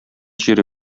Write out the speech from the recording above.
җире